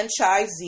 franchisee